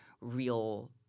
real